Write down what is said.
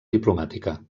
diplomàtica